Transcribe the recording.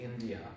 India